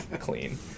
clean